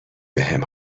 بهم